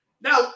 Now